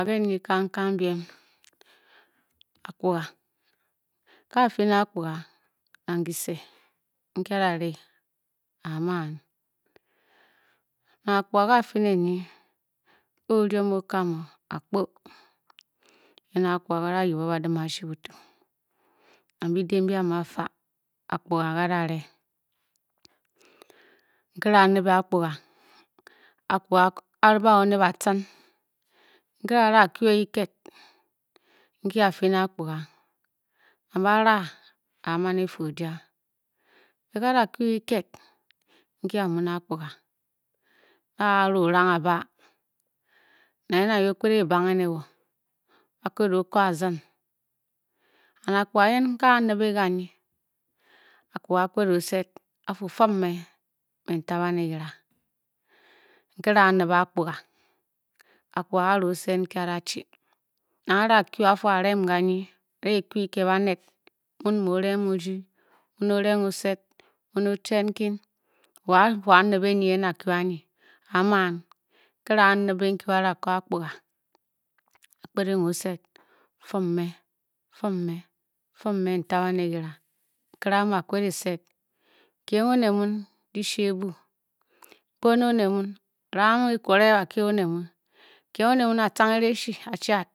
ge nyi kankan biem, ke a-fii ne a kpuga nang kise nki a-da ri a-a man nang akpuga nyi a-fei ne nyi, o-oruom okam o, akpo ke na akpuga ke ba da yip o badim ashibutui nang bide mbi a-mii a-fa, akpuga nyi ke da-re, nkere a-nibe akpuga akpuga a-ri be o ne batun nkere a-da kwn ke kiked nki a-fii ne akpuga nang ba-re. a-man e-fa oja, bot a-da kgu ke ki-ked nki a-muu ne akpuga a-ara o-rang a-ba, nang ye nang ye o-kped e-banghe ne wo, ba kped o xo azin and akpuga ayen ke a-mbe kanyi, akpuga a-kped o sed a-fu fum me, mme n ta baned kira, nkere ara nibe akpuga, akpuga ke a-da o sed nki a da chi, nang a-da kyu a-fu a-rem kanyi, a-da kyu kiked baned, mun mu o-reng o-rdi, mun o-reng o-sed mun, sed nkin, wo a-fu a-nibe nyi yen akyu anyi, a-a man nkere a-a nibe nkyi ba da ko akpuga, ba kpedeng o esed, fum me, fumme n ta baned kira, nkere amu a-k-phed e-sed kyeng one mun kishi ebui kpog ne one muun, ram ekwore akye one muun kyeng one muun atcang ereshi achad.